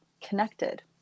connected